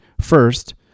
first